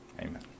Amen